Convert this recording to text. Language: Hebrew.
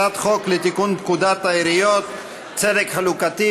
הצעת חוק לתיקון פקודת העיריות (צדק חלוקתי